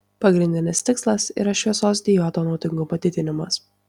pagrindinis tikslas yra šviesos diodo naudingumo didinimas